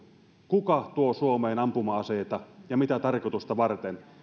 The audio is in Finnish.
kuka tuo suomeen ampuma aseita ja mitä tarkoitusta varten